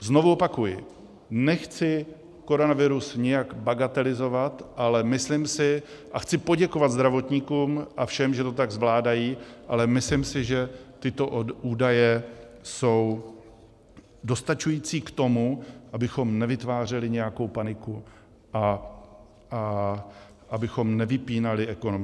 Znovu opakuji, nechci koronavirus nijak bagatelizovat, ale myslím si a chci poděkovat zdravotníkům a všem, že to tak zvládají ale myslím si, že tyto údaje jsou dostačující k tomu, abychom nevytvářeli nějakou paniku a abychom nevypínali ekonomiku.